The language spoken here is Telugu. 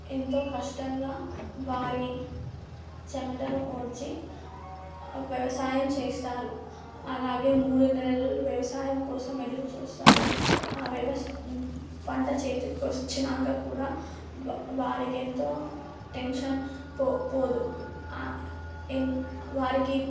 ఎంతో కష్టంగా వారి చెమటను ఓడ్చి వ్యవసాయం చేస్తారు అలాగే మూడు నెలలు వ్యవసాయం కోసం ఎదురుచూస్తారు ఆ వ్యవసాయం పంట చేతికి వచ్చినాక కూడా వా వారికి ఎంతో టెన్షన్ పో పోదు వారికి